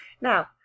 Now